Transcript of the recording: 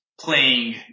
playing